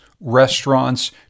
restaurants